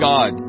God